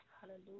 Hallelujah